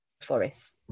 forests